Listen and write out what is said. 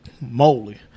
moly